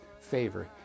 favor